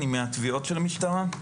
אני מהתביעות של המשטרה.